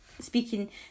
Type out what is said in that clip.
speaking